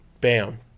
bam